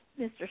mr